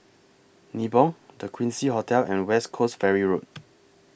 Nibong The Quincy Hotel and West Coast Ferry Road